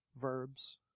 verbs